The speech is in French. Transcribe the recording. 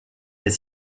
est